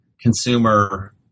consumer